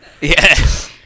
Yes